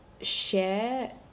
share